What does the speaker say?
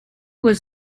was